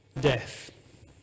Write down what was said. death